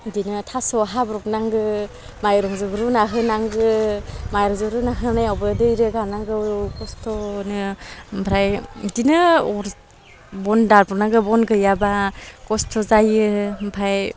बिदिनो थास' हाब्रबनांगौ माइरंजों रुना होनांगौ माइरंजों रुना होनायावबो दै रोगानांगौ खस्थ'नो ओमफ्राय बिदिनो अर बन दाब्रबनांगौ बन गैयाबा खस्थ' जायो ओमफ्राय